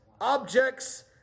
objects